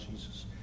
Jesus